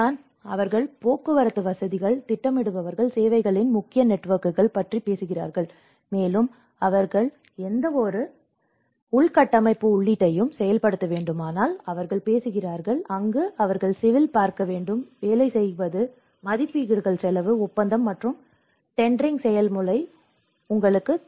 இங்குதான் அவர்கள் போக்குவரத்து வசதிகள் திட்டமிடுபவர்கள் சேவைகளின் முக்கிய நெட்வொர்க்குகள் பற்றிப் பேசுகிறார்கள் மேலும் அவர்கள் எந்தவொரு உள்கட்டமைப்பு உள்ளீட்டையும் செயல்படுத்த வேண்டுமானால் அவர்கள் பேசுகிறார்கள் அங்கு அவர்கள் சிவில் பார்க்க வேண்டும் வேலை செய்கிறது மதிப்பீடுகள் செலவு ஒப்பந்தம் மற்றும் டெண்டரிங் செயல்முறை உங்களுக்குத் தெரியும்